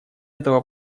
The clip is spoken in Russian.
этого